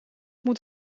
moet